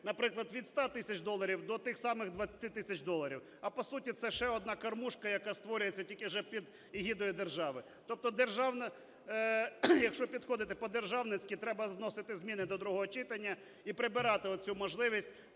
наприклад, від 100 тисяч доларів до тих самих 20 тисяч доларів. А по суті це ще одна кормушка, яка створюється, тільки вже під егідою держави. Якщо підходити по-державницьки, треба вносити зміни до другого читання і прибирати оцю можливість,